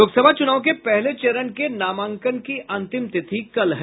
लोकसभा चुनाव के पहले चरण के नामांकन की अंतिम तिथि कल है